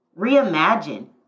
reimagine